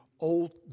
Old